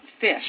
fish